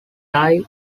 die